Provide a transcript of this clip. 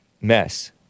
mess